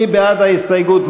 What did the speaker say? מי בעד ההסתייגות?